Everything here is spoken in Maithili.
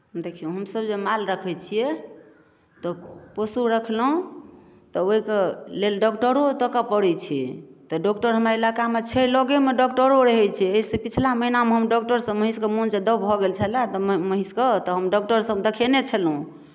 देखियौ हमसभ जे माल रखै छियै तऽ पशु रखलहुँ तऽ ओहिके लेल डॉक्टरो ताकय पड़ै छै तऽ डॉक्टर हमरा इलाकामे छै लगेमे डॉक्टरो रहै छै एहिसँ पछिला महिनामे हम डॉक्टरसँ महीँषके मोन जे दब भऽ गेल छलय तऽ महिँषके तऽ हम डॉक्टरसँ हम देखेने छलहुँ